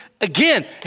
again